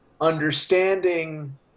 understanding